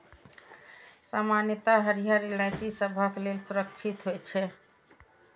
सामान्यतः हरियर इलायची सबहक लेल सुरक्षित होइ छै